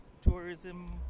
tourism